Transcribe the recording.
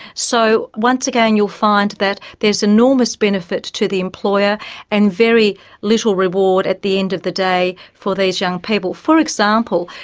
so once again you'll find that there is enormous benefit to the employer and very little reward at the end of the day for these young people. for example,